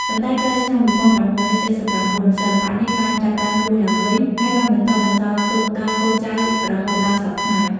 ប៉ុន្តែក្រោយឆ្នាំ១៩៧៩ សិល្បៈនេះបានចាប់ផ្ដើមរស់ឡើងវិញ ហើយបានបន្តបន្សល់ទុកដល់កូនចៅរហូតដល់សព្វថ្ងៃ។